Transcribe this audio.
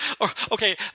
Okay